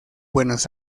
buenos